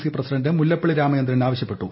C president Mullappally Ramachandran ആവശ്യപ്പെട്ടു